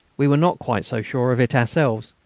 we were not quite so sure of it ourselves.